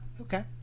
okay